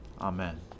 Amen